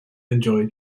enjoy